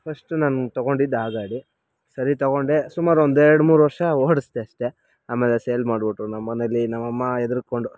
first ನಾನು ತೊಗೊಂಡಿದ್ದು ಆ ಗಾಡಿ ಸರಿ ತಗೊಂಡೆ ಸುಮಾರು ಒಂದು ಎರಡು ಮೂರು ವರ್ಷ ಓಡಿಸ್ದೆ ಅಷ್ಟೇ ಆಮೇಲೆ ಸೇಲ್ ಮಾಡಿಬಿಟ್ರು ನಮ್ಮ ಮನೇಲಿ ನಮ್ಮ ಅಮ್ಮ ಹೆದ್ರ್ಕೊಂಡು